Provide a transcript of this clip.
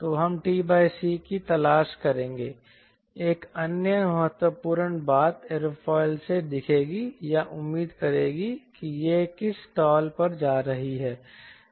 तो हम t c की भी तलाश करेंगे एक अन्य महत्वपूर्ण बात एयरोफाइल से दिखेगी या उम्मीद करेगी कि यह किस स्टॉल पर जा रही है